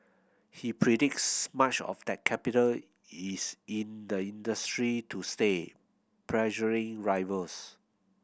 he predicts much of that capital is in the industry to stay pressuring rivals